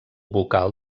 vocal